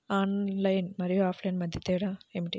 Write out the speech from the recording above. Online మరియు offline మధ్య తేడా ఏమిటీ?